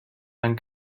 man